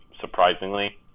surprisingly